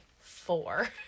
four